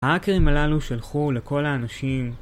האקרים הללו שלחו לכל האנשים